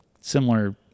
similar